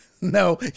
no